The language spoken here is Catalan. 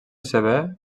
sever